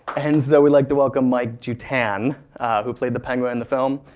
and so we'd like to welcome mike jutan who played the penguin in the film,